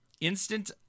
Instant